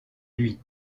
lui